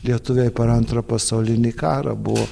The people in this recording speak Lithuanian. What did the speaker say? lietuviai per antrą pasaulinį karą buvo